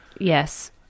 Yes